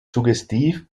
suggestiv